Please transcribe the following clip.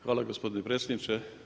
Hvala gospodine predsjedniče.